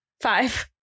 Five